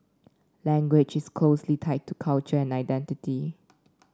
language is closely tied to culture and identity